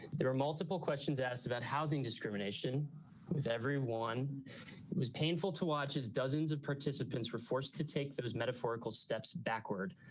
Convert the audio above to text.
there were multiple questions asked about housing discrimination with everyone was painful to watch as dozens of participants were forced to take those metaphorical steps backward